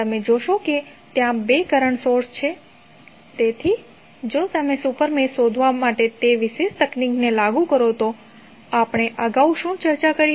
તમે જોશો કે ત્યાં બે કરંટ સોર્સ છે તેથી જો તમે સુપર મેશ શોધવા માટે તે વિશેષ તકનીક લાગુ કરો તો આપણે અગાઉ શું ચર્ચા કરી